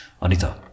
Anita